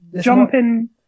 Jumping